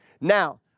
Now